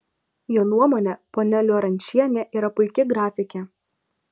jo nuomone ponia liorančienė yra puiki grafikė